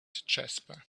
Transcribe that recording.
jasper